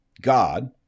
God